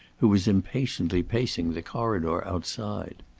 who was impatiently pacing the corridor outside.